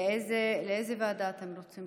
לאיזה ועדה אתם רוצים